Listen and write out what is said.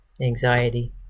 anxiety